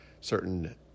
certain